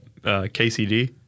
KCD